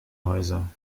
häuser